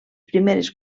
primeres